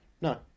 no